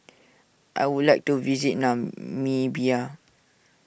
I would like to visit Namibia